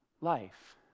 life